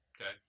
Okay